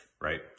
right